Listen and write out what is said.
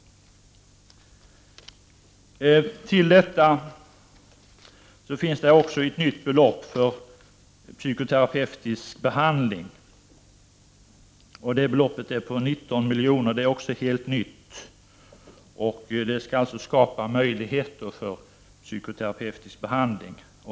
I överenskommelsen ingår också ett helt nytt bidrag på 19 milj.kr. för psykoterapeutisk behandling.